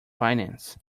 finance